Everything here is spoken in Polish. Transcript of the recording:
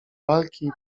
walki